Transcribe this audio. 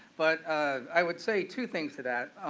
but i would say two things to that.